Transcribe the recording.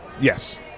Yes